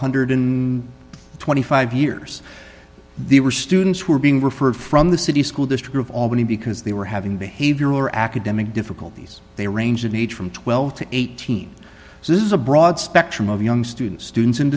hundred and twenty five years there were students who were being referred from the city school district of albany because they were having behavioral or academic difficulties they range in age from twelve dollars to eighteen dollars so this is a broad spectrum of young students students